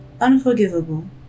unforgivable